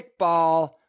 kickball